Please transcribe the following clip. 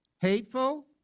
hateful